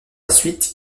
suite